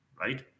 right